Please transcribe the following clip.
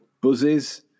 buzzes